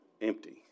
empty